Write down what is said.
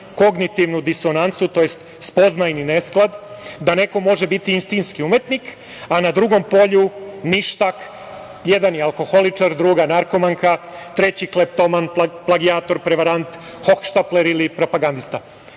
kognitivnu disonancu, tj, spoznajni nesklad da neko može biti istinski umetnik, a na drugom polju ništak. Jedan je alkoholičar, druga narkomanka, treći kleptoman, plagijator, prevarant, hohštapler ili propagandista. Evo